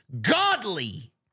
godly